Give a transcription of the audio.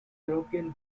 european